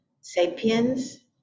sapiens